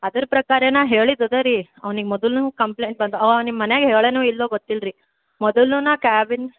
ಅದ್ರ ಪ್ರಕಾರ ನಾ ಹೇಳಿದ್ದು ಅದಾ ರೀ ಅವ್ನಿಗೆ ಮೊದಲೂ ಕಂಪ್ಲೇಂಟ್ ಬಂದವೆ ಅವ ನಿಮ್ಮ ಮನ್ಯಾಗೆ ಹೇಳ್ಯಾನೋ ಇಲ್ಲವೋ ಗೊತ್ತಿಲ್ಲ ರೀ ಮೊದಲು ನಾ ಕ್ಯಾಬಿನ್